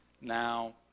Now